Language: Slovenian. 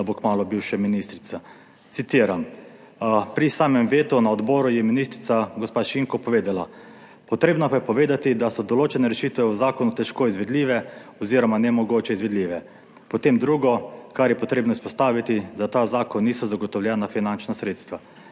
bo kmalu bivša ministrica. Citiram, pri samem vetu na odboru je ministrica, gospa Šinko, povedala, »potrebno pa je povedati, da so določene rešitve v zakonu težko izvedljive oz. nemogoče izvedljive«. Potem drugo, kar je potrebno izpostaviti, za ta zakon niso zagotovljena finančna sredstva.